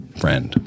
friend